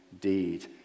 deed